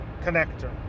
connector